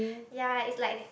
ya it's like they